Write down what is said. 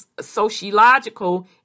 sociological